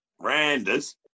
Randers